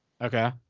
Okay